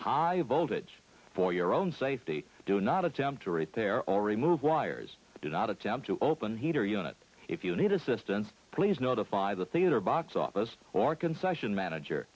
high voltage for your own safety do not attempt to write their own remove wires do not attempt to open heater unit if you need assistance please notify the theater box office or concession manager